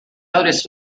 otis